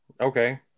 Okay